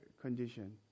condition